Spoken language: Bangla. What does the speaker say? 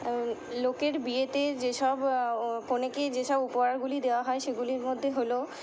লোকের বিয়েতে যেসব কনেকে যেসব উপহারগুলি দেওয়া হয় সেগুলির মধ্যে হলো